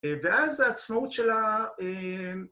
ואז העצמאות שלה אהה